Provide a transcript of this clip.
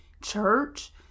Church